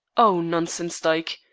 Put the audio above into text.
oh, nonsense, dyke.